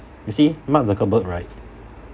you see mark zuckerberg right